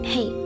Hey